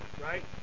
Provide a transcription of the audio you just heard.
Right